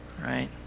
right